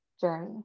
journey